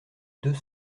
deux